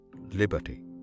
liberty